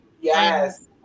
Yes